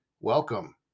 Welcome